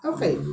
Okay